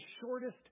shortest